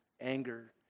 anger